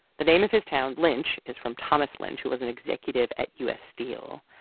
the name of his town, lynch, is from thomas lynch who was an executive at u s. steel.